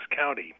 County